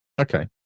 Okay